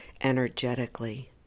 energetically